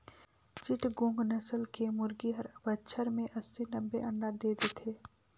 चिटगोंग नसल के मुरगी हर बच्छर में अस्सी, नब्बे अंडा दे देथे